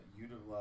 utilize